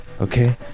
okay